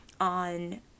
on